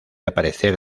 aparecer